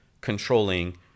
controlling